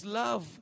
love